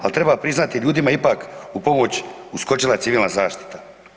Ali treba priznati ljudima je ipak u pomoć uskočila Civilna zaštita.